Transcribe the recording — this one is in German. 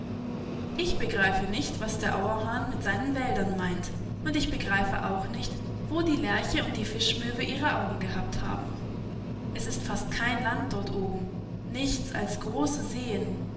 ich begreife nicht was der auerhahn mit seinen wäldern meint und ich begreife auch nicht wo die lerche und die fischmöwe ihre augen gehabt haben es ist fast kein land dort oben nichts als große seen